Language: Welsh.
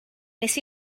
nes